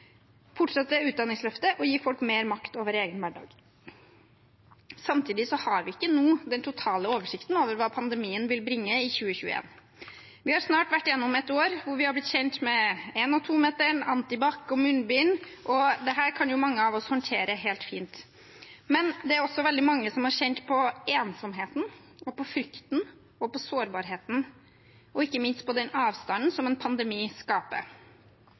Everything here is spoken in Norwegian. Utdanningsløftet og gir folk mer makt over egen hverdag. Samtidig har vi ikke nå den totale oversikten over hva pandemien vil bringe i 2021. Vi har snart vært gjennom et år hvor vi har blitt kjent med én- og tometeren, antibac og munnbind. Dette kan mange av oss håndtere helt fint, men det er også veldig mange som har kjent på ensomheten, på frykten, på sårbarheten og ikke minst på den avstanden som en pandemi skaper.